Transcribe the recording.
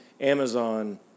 Amazon